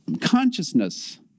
consciousness